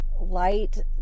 light